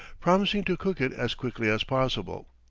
promising to cook it as quickly as possible.